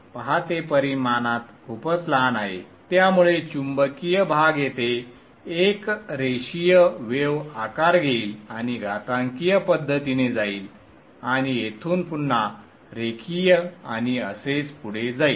पहा ते परिमाणात खूपच लहान आहे त्यामुळे चुंबकीय भाग येथे एक रेषीय वेव आकार घेईल आणि घातांकीय पद्धतीने जाईल आणि येथून पुन्हा रेखीय आणि असेच पुढे जाईल